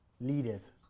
Leaders